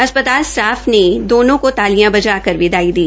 अस्पताल स्टाफ ने दोनो को तालिया बजाकर विदाई दी